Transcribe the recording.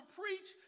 preach